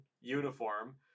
uniform